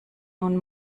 nun